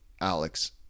Alex